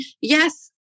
yes